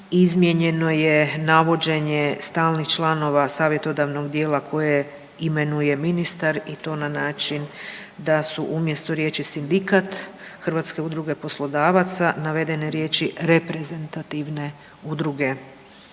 izmijenjeno je navođenje stalnih članova savjetodavnog dijela koje imenuje ministar i to na način da su umjesto riječi Sindikat Hrvatske udruge poslodavaca navedene riječi reprezentativne udruge